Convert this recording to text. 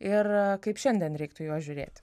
ir kaip šiandien reiktų į juos žiūrėti